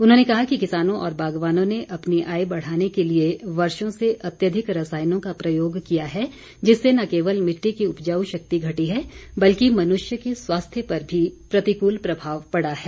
उन्होंने कहा कि किसानों और बागवानों ने अपनी आय बढ़ाने के लिए वर्षों से अत्याधिक रसायनों का प्रयोग किया है जिससे न केवल मिट्टी की उपजाऊ शक्ति घटी है बल्कि मनुष्य के स्वास्थ्य पर भी प्रतिकूल प्रभाव पड़ा है